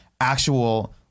actual